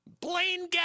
Blaine